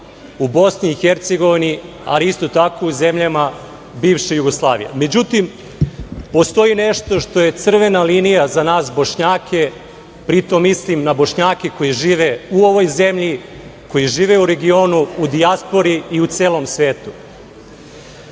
u BiH, ali isto tako i u zemljama bivše Jugoslavije.Međutim, postoji nešto što je crvena linija za nas Bošnjake, pritom mislim na Bošnjake koji žive u ovoj zemlji, koji žive u regionu, u dijaspori i u celom svetu. Kod